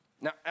Now